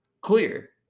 clear